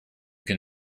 can